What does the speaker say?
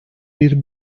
bir